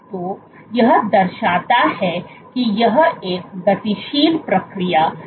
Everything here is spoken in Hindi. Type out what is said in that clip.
तो यह दर्शाता है कि यह एक गतिशील प्रक्रिया है